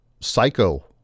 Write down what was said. psycho